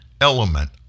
Element